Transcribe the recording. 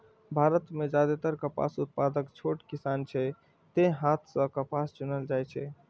भारत मे जादेतर कपास उत्पादक छोट किसान छै, तें हाथे सं कपास चुनल जाइ छै